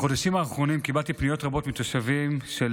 בחודשים האחרונים קיבלתי פניות רבות מתושבים של